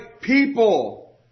people